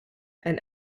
and